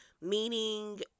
Meaning